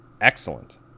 excellent